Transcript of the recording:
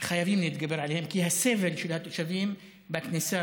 חייבים להתגבר עליהן, כי הסבל של התושבים בכניסה